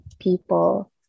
people